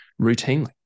routinely